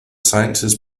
scientists